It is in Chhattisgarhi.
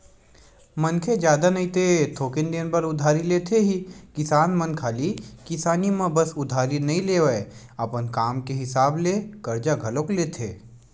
मनखे जादा नई ते थोक दिन बर उधारी लेथे ही किसान मन खाली किसानी म बस उधारी नइ लेवय, अपन काम के हिसाब ले करजा घलोक लेथे